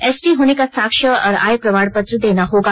ST होने का साक्ष्य और आय प्रमाण पत्र देना होगा